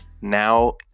now